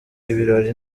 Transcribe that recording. ibirori